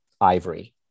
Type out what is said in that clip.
ivory